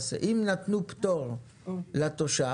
אם נתנו פטור לתושב,